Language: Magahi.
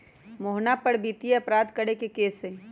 मोहना पर वित्तीय अपराध करे के केस हई